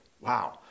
Wow